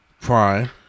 Prime